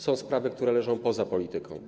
Są sprawy, które leżą poza polityką.